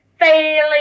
failing